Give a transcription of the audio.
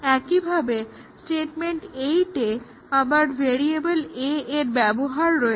একইভাবে স্টেটমেন্ট 8 এ আবার ভেরিয়েবল a এর ব্যবহার রয়েছে